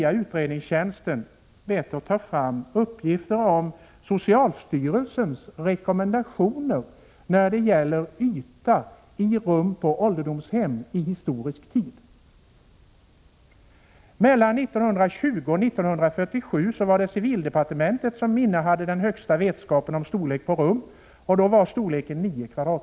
Jag har bett utredningstjänsten att ta fram uppgifter om socialstyrelsens rekommendationer när det gäller rumsytan på ålderdomshem. Mellan 1920 och 1947 var det civildepartementet som visste mest om storleken på rummen. Då var rummen 9 m? stora.